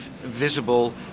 visible